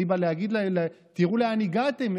אני בא להגיד: תראו לאן הגעתם,